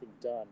done